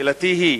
שאלתי היא: